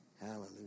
Hallelujah